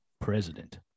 president